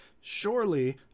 Surely